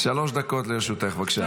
שלוש דקות לרשותך, בבקשה.